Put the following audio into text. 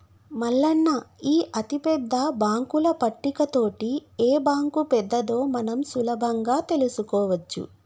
మల్లన్న ఈ అతిపెద్ద బాంకుల పట్టిక తోటి ఏ బాంకు పెద్దదో మనం సులభంగా తెలుసుకోవచ్చు